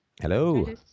Hello